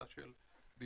אלא של devices,